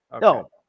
No